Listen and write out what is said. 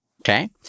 Okay